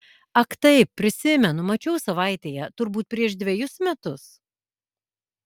ak taip prisimenu mačiau savaitėje turbūt prieš dvejus metus